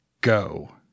go